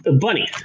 Bunny